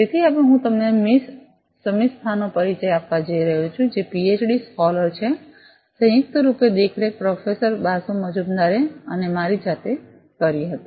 તેથી હવે હું તમને મિસ શમિસ્થાનો પરિચય આપવા જઈ રહ્યો છું જે પીએચડી સ્કૉલર છે સંયુક્ત રૂપે દેખરેખ પ્રોફેસર બાસુ મજમુદરે અને મારી જાતે કરી હતી